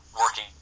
working